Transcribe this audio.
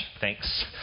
Thanks